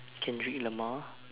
kendrick lamar